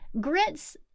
Grits